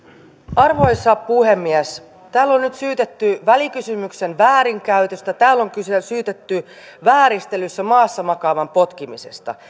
arvoisa puhemies täällä on nyt syytetty välikysymyksen väärinkäytöstä täällä on syytetty vääristelystä maassa makaavan potkimisesta